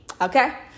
Okay